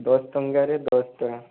ଦଶ ଟଙ୍କାରେ ଦଶଟା